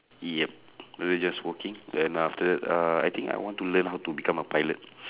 yup just working then after that uh I think I want to learn how to become a pilot